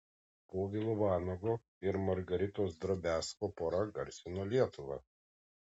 povilo vanago ir margaritos drobiazko pora garsino lietuvą